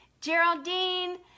Geraldine